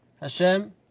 Hashem